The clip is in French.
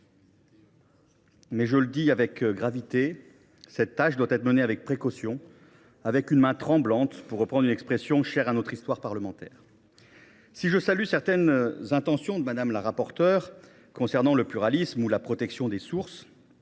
Mais je le dis avec gravité, cette tâche doit être menée avec précaution, « d’une main tremblante », pour reprendre une expression chère à notre histoire parlementaire. Si je salue certaines des ambitions de Mme la rapporteure concernant le pluralisme ou la protection des sources,